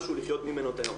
משהו לחיות ממנו את היום.